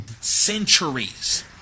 Centuries